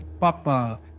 Papa